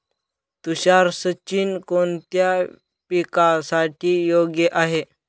तुषार सिंचन कोणत्या पिकासाठी योग्य आहे?